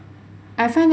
I find that